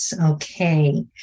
okay